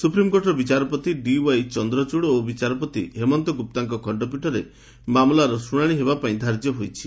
ସୁପ୍ରିମକୋର୍ଟର ବିଚାରପତି ଡିଓ୍ୱାଇ ଚନ୍ଦଚନ୍ତି ଓ ବିଚାରପତି ହେମନ୍ତ ଗୁପ୍ତାଙ୍କ ଖଣ୍ତପୀଠରେ ମାମଲାର ଶୁଣାଣି ପାଇଁ ଧାର୍ଯ୍ୟ ହୋଇଛି